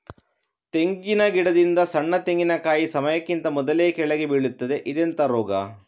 ತೆಂಗಿನ ಗಿಡದಿಂದ ಸಣ್ಣ ತೆಂಗಿನಕಾಯಿ ಸಮಯಕ್ಕಿಂತ ಮೊದಲೇ ಕೆಳಗೆ ಬೀಳುತ್ತದೆ ಇದೆಂತ ರೋಗ?